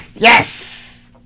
Yes